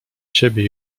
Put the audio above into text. ciebie